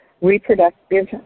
reproductive